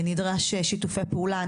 נדרש שיתופי פעולה.